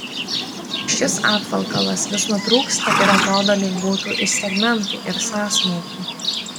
šis apvalkalas vis nutrūksta ir atrodo lyg būtų iš segmentų ir sąsmaukų